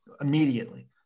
immediately